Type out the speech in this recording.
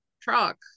truck